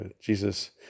Jesus